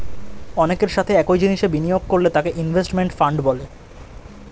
অনেকের সাথে একই জিনিসে বিনিয়োগ করলে তাকে ইনভেস্টমেন্ট ফান্ড বলে